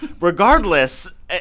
regardless